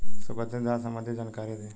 सुगंधित धान संबंधित जानकारी दी?